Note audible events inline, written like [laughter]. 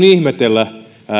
[unintelligible] ihmetellä